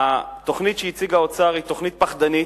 התוכנית שהציג האוצר היא תוכנית פחדנית.